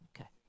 Okay